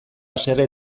haserre